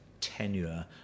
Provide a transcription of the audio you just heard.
tenure